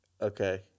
okay